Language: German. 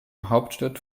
hauptstadt